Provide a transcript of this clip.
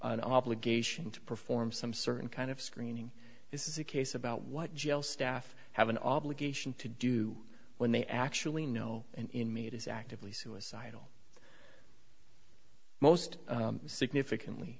an obligation to perform some certain kind of screening this is a case about what jail staff have an obligation to do when they actually know an inmate is actively suicidal most significantly